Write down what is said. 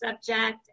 subject